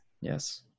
Yes